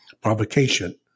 provocation